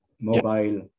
mobile